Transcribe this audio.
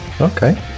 Okay